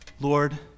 Lord